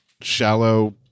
shallow